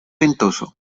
ventoso